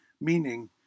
meaning